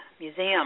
Museum